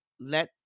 let